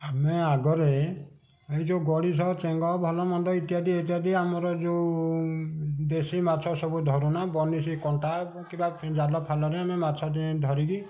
ଆମେ ଆଗରେ ଏଇ ଯୋଉ ଗଡ଼ିଶ ଚେଙ୍ଗ ଭଲ ମନ୍ଦ ଇତ୍ୟାଦି ଯଦି ଆମର ଯୋଉ ଦେଶୀ ମାଛ ସବୁ ଧରୁନା ବନିଶି କଣ୍ଟା କିମ୍ବା ଜାଲଫାଲରେ ଆମେ ମାଛ ଧରିକି